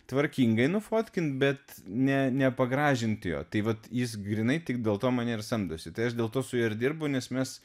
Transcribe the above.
tvarkingai nufotkint bet ne nepagražint jo tai vat jis grynai tik dėl to mane ir samdosi tai aš dėl to su juo ir dirbu nes mes